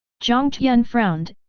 jiang tian frowned,